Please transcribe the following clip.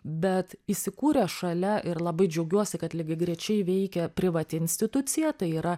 bet įsikūrė šalia ir labai džiaugiuosi kad lygiagrečiai veikia privati institucija tai yra